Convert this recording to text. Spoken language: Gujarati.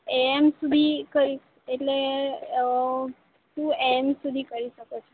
એએમ સુધી કઈ એટલે હું એન સુધી કરી શકો છો